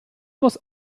was